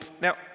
Now